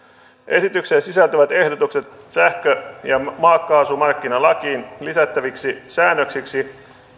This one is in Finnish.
esitykseen sisältyvät ehdotukset sähkö ja maakaasumarkkinalakiin lisättäviksi säännöksiksi